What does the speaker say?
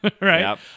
Right